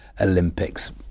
Olympics